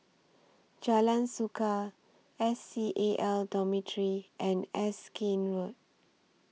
Jalan Suka S C A L Dormitory and Erskine Road